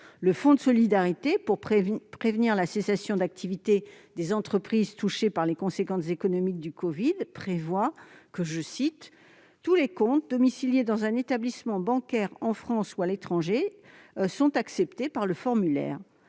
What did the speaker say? Le fonds de solidarité pour prévenir la cessation d'activité des entreprises touchées par les conséquences économiques du covid-19 prévoit, je cite :« Tous les comptes, domiciliés dans un établissement bancaire en France ou à l'étranger, sont acceptés par le formulaire.